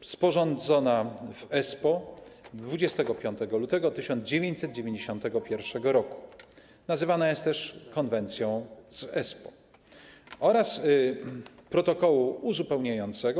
sporządzona w Espoo 25 lutego 1991 r., nazywana jest też konwencją z Espoo - oraz protokołu uzupełniającego